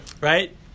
Right